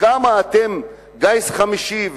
אתם גיס חמישי,